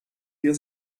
hier